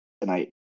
tonight